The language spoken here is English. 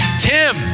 Tim